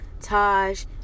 Taj